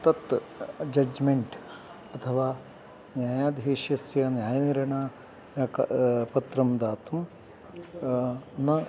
तत् जज्मेण्ट् अथवा न्यायाधीश्यस्य न्यायनिर्णायक पत्रं दातुं न